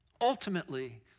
Ultimately